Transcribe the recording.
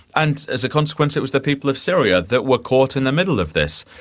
and as a consequence it was the people of syria that were caught in the middle of this.